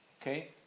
Okay